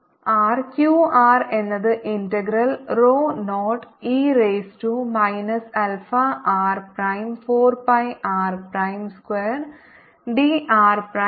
q r എന്നത് integral rho 0 e raise to minus alpha r prime 4 pi r prime square d r prime 0 മുതൽ r വരെ